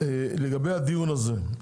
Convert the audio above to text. לגבי הדיון הזה,